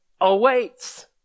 awaits